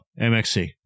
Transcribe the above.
MXC